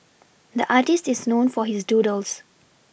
the artist is known for his doodles